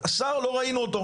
השר, לא ראינו אותו.